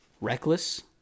Reckless